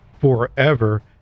forever